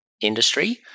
industry